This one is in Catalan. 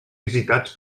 visitats